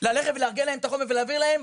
ללכת ולארגן להם את החומר ולהעביר להם,